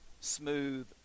smooth